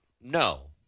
No